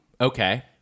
Okay